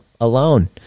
alone